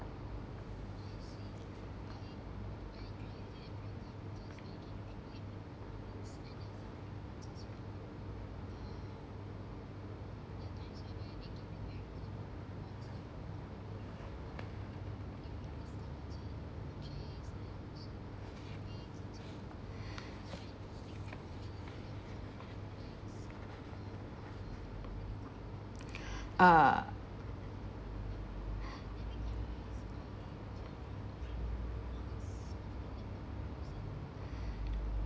uh